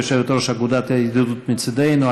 יושבת-ראש אגודת הידידות מצידנו,